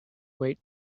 wait